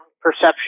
perception